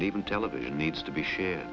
and even television needs to be share